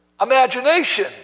imagination